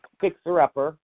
fixer-upper